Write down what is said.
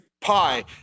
pie